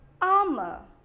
armor